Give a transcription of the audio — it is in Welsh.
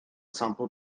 sampl